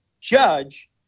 judge